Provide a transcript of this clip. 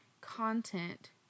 content